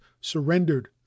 surrendered